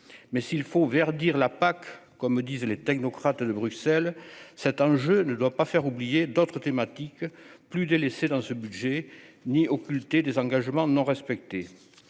mais s'il faut verdir la PAC, comme disent les technocrates de Bruxelles cet je ne doit pas faire oublier d'autres thématiques plus délaissée dans ce budget, ni occulter des engagements non respectés